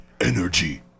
energy